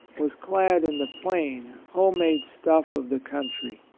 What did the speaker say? was clad in the plain home-made stuff of the country.